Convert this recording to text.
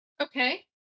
Okay